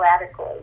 radically